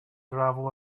gravel